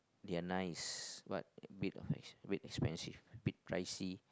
they are nice but a bit of a bit expensive a bit pricey